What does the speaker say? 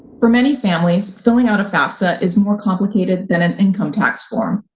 for many families, filling out a fafsa is more complicated than an income tax form.